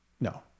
no